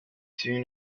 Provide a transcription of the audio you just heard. soon